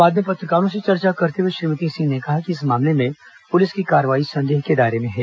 बाद में पत्रकारों से चर्चा करते हुए श्रीमती सिंह ने कहा कि इस मामले में पुलिस की कार्रवाई संदेह के दायरे में है